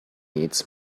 needs